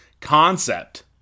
concept